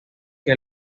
que